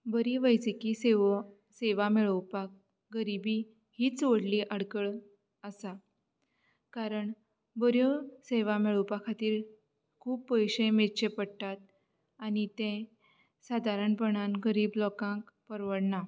बरी वैजकी सेव सेवा मेळोवपाक गरिबी हीच व्हडली आडखळ आसा कारण बऱ्यो सेवा मेळोवपा खातीर खूब पयशे मेजचे पडटात आनी तें सादारणपणान गरीब लोकांक परवडना